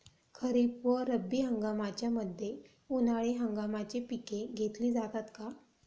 खरीप व रब्बी हंगामाच्या मध्ये उन्हाळी हंगामाची पिके घेतली जातात का?